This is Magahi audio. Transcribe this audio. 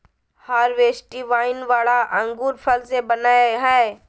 हर्बेस्टि वाइन बड़ा अंगूर फल से बनयय हइ